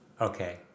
Okay